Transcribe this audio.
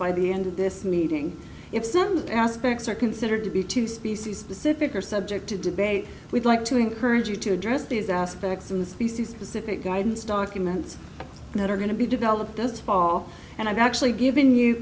by the end of this meeting if some good aspects are considered to be two species specific or subject to debate we'd like to encourage you to address these aspects in the species specific guidance documents that are going to be developed does fall and i've actually given you